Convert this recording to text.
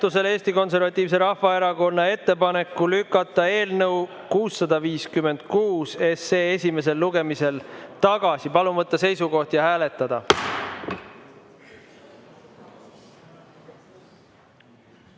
Eesti Konservatiivse Rahvaerakonna ettepaneku lükata eelnõu 656 esimesel lugemisel tagasi. Palun võtta seisukoht ja hääletada!